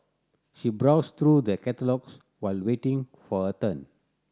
she browsed through the catalogues while waiting for her turn